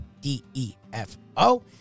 D-E-F-O